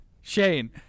Shane